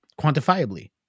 quantifiably